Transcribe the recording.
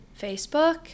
Facebook